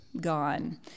gone